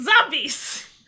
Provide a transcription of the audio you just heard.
zombies